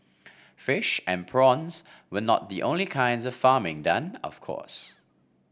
fish and prawns were not the only kinds of farming done of course